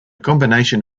combination